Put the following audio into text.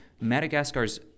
Madagascar's